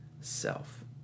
self